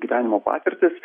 gyvenimo patirtis